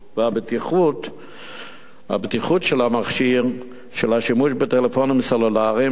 והבטיחותיות של השימוש בטלפונים סלולריים,